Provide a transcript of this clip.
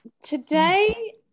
Today